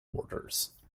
mortars